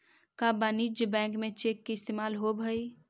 का वाणिज्य बैंक में चेक के इस्तेमाल होब हई?